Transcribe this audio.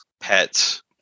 pets